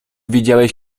widziałeś